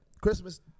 Christmas